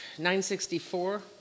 964